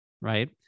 right